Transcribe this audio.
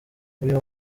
uyu